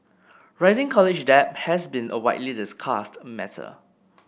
rising college debt has been a widely discussed matter